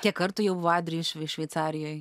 kiek kartų jau adrijus šv šveicarijoj